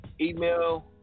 Email